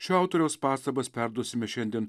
šio autoriaus pastabas perduosime šiandien